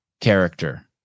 character